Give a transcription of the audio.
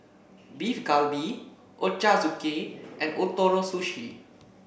Beef Galbi Ochazuke and Ootoro Sushi